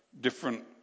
different